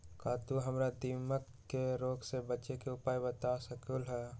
का तू हमरा दीमक के रोग से बचे के उपाय बता सकलु ह?